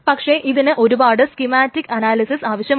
പക്ഷേ ഇതിന് ഒരുപാട് സ്കിമാറ്റിക് അനാലിസിസ് ആവശ്യമുണ്ട്